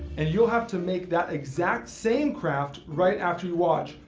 and you'll have to make that exact same craft right after you watch,